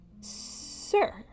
Sir